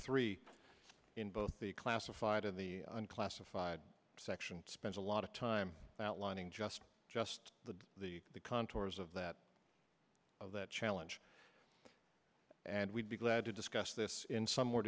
three in both the classified and the classified section spends a lot of time outlining just just the the the contours of that of that challenge and we'd be glad to discuss this in some more